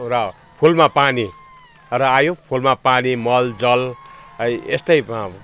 र फुलमा पानी र आयो फुलमा पानी मल जल यो यस्तै